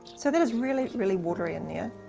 so that is really, really watery in yeah